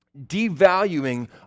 devaluing